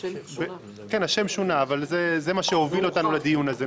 השם שונה, אבל זה מה שהוביל אותנו לדיון הזה.